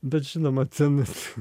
bet žinoma ten